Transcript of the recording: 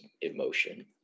emotion